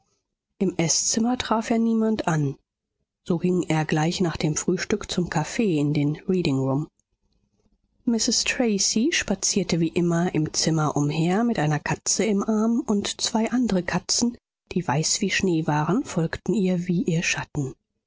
im eßzimmer traf er niemand an so ging er gleich nach dem frühstück zum caf in den reading room mrs tracy spazierte wie immer im zimmer umher mit einer katze im arm und zwei andere katzen die weiß wie schnee waren folgten ihr wie ihr schatten